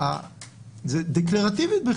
זה דקלרטיבי.